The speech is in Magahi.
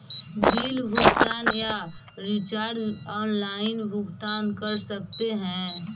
बिल भुगतान या रिचार्ज आनलाइन भुगतान कर सकते हैं?